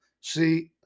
see